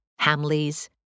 Hamleys